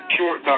short